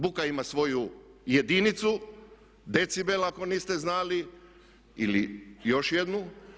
Buka ima svoju jedinicu, decibel ako niste znali, ili još jednu.